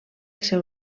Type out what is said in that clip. seu